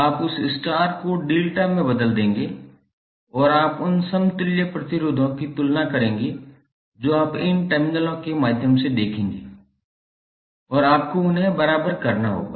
आप उस स्टार को डेल्टा में बदल देंगे और आप उन समतुल्य प्रतिरोधों की तुलना करेंगे जो आप इन टर्मिनलों के माध्यम से देखेंगे और आपको उन्हें बराबर करना होगा